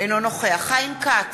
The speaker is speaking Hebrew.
אינו נוכח חיים כץ,